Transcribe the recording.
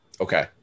okay